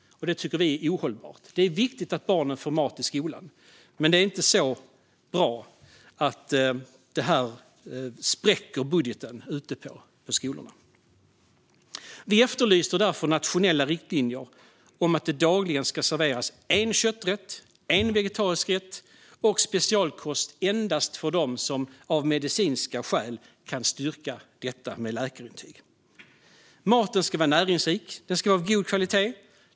Det tycker vi är ohållbart. Det är viktigt att barnen får mat i skolan, men det är inte bra att detta spräcker budgeten. Vi efterlyser därför nationella riktlinjer om att det dagligen ska serveras en kötträtt, en vegetarisk rätt och specialkost endast för dem som behöver det av medicinska skäl och som kan styrka det med läkarintyg. Maten ska vara näringsrik. Den ska vara av god kvalitet.